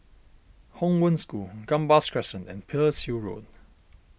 Hong Wen School Gambas Crescent and Pearl's Hill Road